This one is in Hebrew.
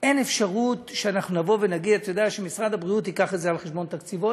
אין אפשרות שאנחנו נגיד שמשרד הבריאות ייקח את זה על חשבון תקציבו.